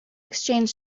exchanged